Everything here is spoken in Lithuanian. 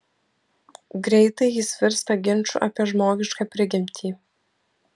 greitai jis virsta ginču apie žmogišką prigimtį